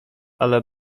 ale